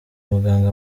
muganga